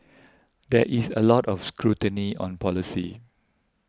there is a lot of scrutiny on policy